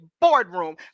boardroom